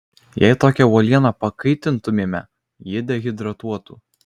jei tokią uolieną pakaitintumėme ji dehidratuotų